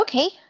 Okay